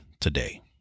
today